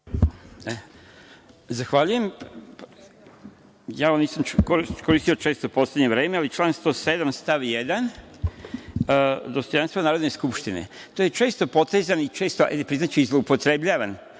Zahvaljujem. Nisam Poslovnik koristio često u poslednje vreme, ali član 107. stav 1. dostojanstvo Narodne skupštine. To je često potezani i često zloupotrebljavan